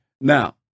Now